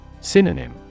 Synonym